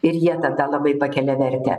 ir jie tada labai pakelia vertę